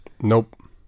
Nope